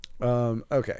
Okay